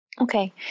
Okay